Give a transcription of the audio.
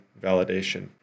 validation